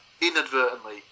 inadvertently